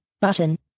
button